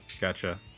Gotcha